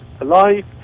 alive